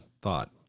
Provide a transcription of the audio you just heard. thought